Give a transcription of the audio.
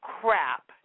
crap